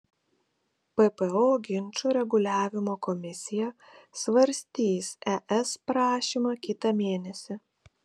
ppo ginčų reguliavimo komisija svarstys es prašymą kitą mėnesį